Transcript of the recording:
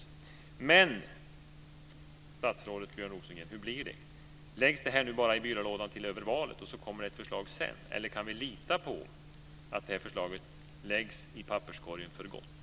Hur blir det, statsrådet Björn Rosengren? Läggs förslaget i byrålådan bara över valet? Kommer det ett förslag sedan, eller kan vi lita på att förslaget läggs i papperskorgen för gott?